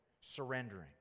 surrendering